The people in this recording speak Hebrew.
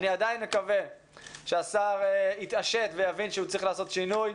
אני עדיין מקווה שהשר יתעשת ויבין שהוא צריך לעשות שינוי.